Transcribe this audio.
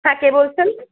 হ্যাঁ কে বলছেন